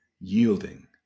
Yielding